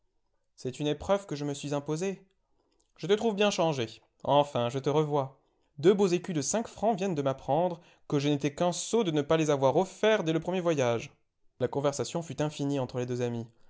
c'est une épreuve que je me suis imposée je te trouve bien changé enfin je te revois deux beaux écus de cinq francs viennent de m'apprendre que je n'étais qu'un sot de ne pas les avoir offerts dès le premier voyage la conversation fut infinie entre les deux amis